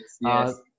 yes